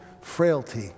frailty